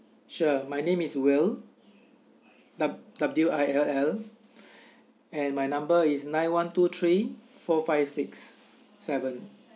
sure my name is will w~ W I L L and my number is nine one two three four five six seven